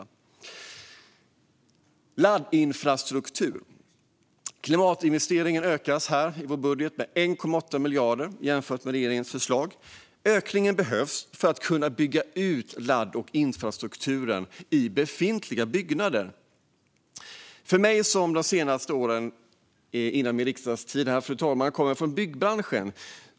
När det gäller laddinfrastruktur ökas klimatinvesteringarna i vår budget med 1,8 miljarder jämfört med regeringens förslag. Ökningen behövs för att kunna bygga ut laddinfrastrukturen i befintliga byggnader. Fru talman! Jag har de senaste åren innan min riksdagstid varit i byggbranschen.